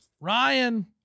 Ryan